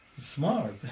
smart